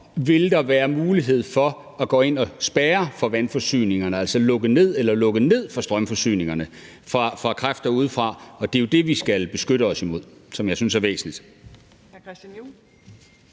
for kræfter udefra, at gå ind og spærre for vandforsyningerne, altså lukke ned for dem eller lukke ned for strømforsyningerne. Og det er det, vi skal beskytte os imod, og det synes jeg er væsentligt.